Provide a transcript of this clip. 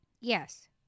Yes